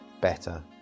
better